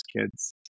kids